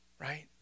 right